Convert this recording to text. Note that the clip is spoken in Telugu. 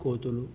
కోతులు